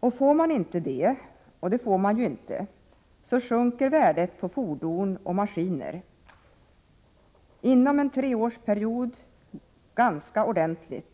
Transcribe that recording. Får man inte det — och det får man ju inte — sjunker också värdet på fordon och maskiner, och detta ganska påtagligt redan inom en treårsperiod.